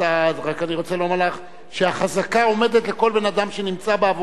רק אני רוצה לומר לך שהחזקה עומדת לכל בן-אדם שנמצא בעבודה,